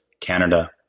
Canada